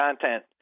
content